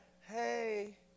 hey